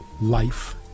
life